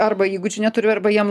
arba įgūdžių neturi arba jiem